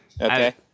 Okay